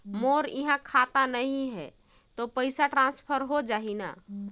मोर इहां खाता नहीं है तो पइसा ट्रांसफर हो जाही न?